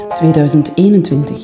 2021